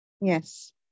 Yes